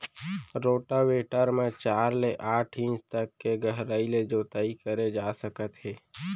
rotavator म चार ले आठ इंच तक के गहराई ले जोताई करे जा सकत हे